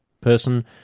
person